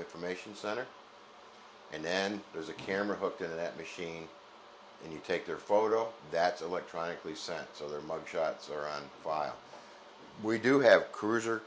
information center and then there's a camera hooked into that machine and you take their photo that electronically sent so their mug shots are on file we do have crews or